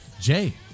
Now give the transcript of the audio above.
Jay